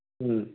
ம்